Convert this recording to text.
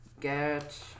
get